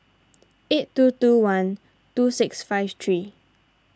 eight two two one two six five three